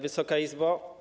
Wysoka Izbo!